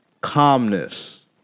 calmness